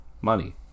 money